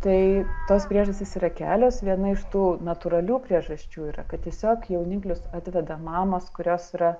tai tos priežastys yra kelios viena iš tų natūralių priežasčių yra kad tiesiog jauniklius atveda mamos kurios yra